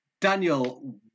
Daniel